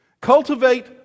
Cultivate